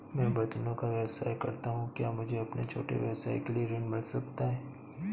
मैं बर्तनों का व्यवसाय करता हूँ क्या मुझे अपने छोटे व्यवसाय के लिए ऋण मिल सकता है?